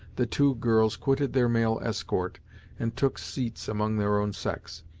the two girls quitted their male escort, and took seats among their own sex.